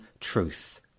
truth